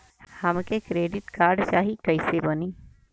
हमके credit card चाही कैसे बनी?